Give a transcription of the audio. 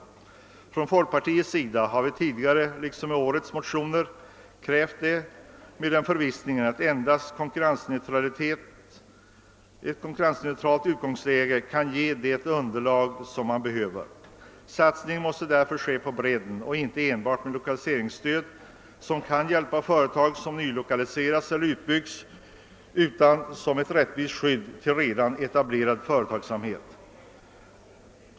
Vi har från folkpartiet tidigare och även i årets motioner ställt detta krav, i den förvissningen att endast ett konkurrensneutralt utgångsläge kan ge det underlag som behövs. Satsningen måste därför ske på bredden — inte enbart med lokaliseringsstöd som kan hjälpa företag som nylokaliseras eller utbyggs — utan som ett rättvist skydd till redan etablerad företagsamhet.